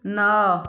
ନଅ